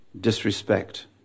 disrespect